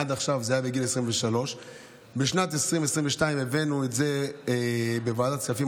עד עכשיו זה היה בגיל 23. בשנת 2022 הבאנו את זה לוועדת הכספים,